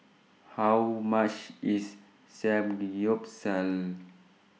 How much IS Samgyeopsal